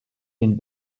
den